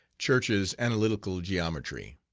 church's analytical geometry.